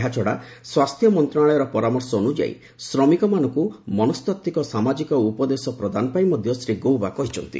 ଏହାଛଡ଼ା ସ୍ୱାସ୍ଥ୍ୟ ମନ୍ତ୍ରଣାଳୟର ପରାମର୍ଶ ଅନୁଯାୟୀ ଶ୍ରମିକମାନଙ୍କୁ ମନସ୍ତାତ୍ସିକ ସାମାଜିକ ଉପଦେଶ ପ୍ରଦାନ ପାଇଁ ମଧ୍ୟ ଶ୍ରୀ ଗୌବା କହିଛନ୍ତି